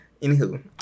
Anywho